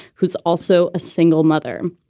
who's also a single mother.